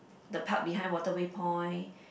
the park behind Waterway Point